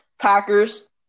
Packers